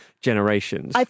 generations